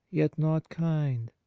yet not kind.